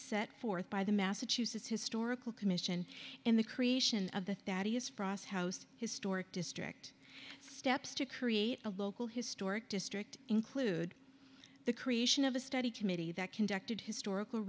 set forth by the massachusetts historical commission in the creation of the thaddeus frost house historic district steps to create a local historic district include the creation of a study committee that conducted historical